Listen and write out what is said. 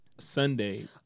sunday